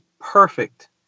perfect